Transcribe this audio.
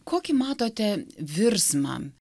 kokį matote virsmą